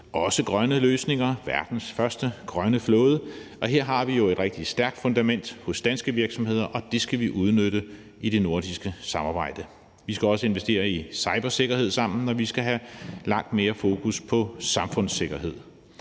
også grønne løsninger – verdens første grønne flåde – og her har vi jo et rigtig stærkt fundament hos danske virksomheder, og det skal vi udnytte i det nordiske samarbejde. Vi skal også investere i cybersikkerhed sammen, og vi skal have langt mere fokus på samfundssikkerhed.